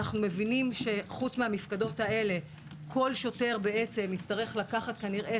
אנחנו מבינים שחוץ מהמפקדות האלה כל שוטר יצטרך כנראה